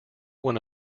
one